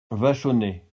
vachonnet